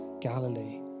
Galilee